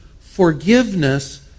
forgiveness